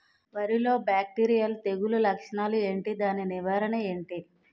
వరి లో బ్యాక్టీరియల్ తెగులు లక్షణాలు ఏంటి? దాని నివారణ ఏంటి?